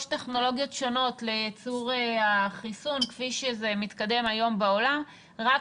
טכנולוגיות שונות לייצור החיסון כפי שזה מתקדם היום בעולם ורק